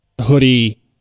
hoodie